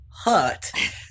hut